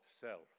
self